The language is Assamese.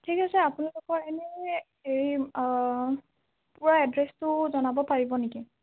ঠিক আছে আপোনালোক এনেই হেৰি পুৰা এড্ৰেছটো জনাব পাৰিব নেকি